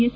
S